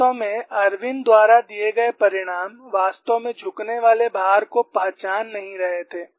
वास्तव में इरविन द्वारा दिए गए परिणाम वास्तव में झुकने वाले भार को पहचान नहीं रहे थे